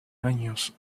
años